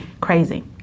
Crazy